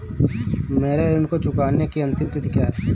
मेरे ऋण को चुकाने की अंतिम तिथि क्या है?